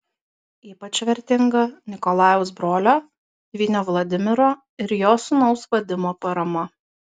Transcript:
ypač vertinga nikolajaus brolio dvynio vladimiro ir jo sūnaus vadimo parama